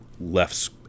left